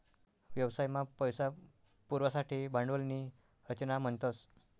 व्यवसाय मा पैसा पुरवासाठे भांडवल नी रचना म्हणतस